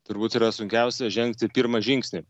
turbūt yra sunkiausia žengti pirmą žingsnį